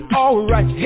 alright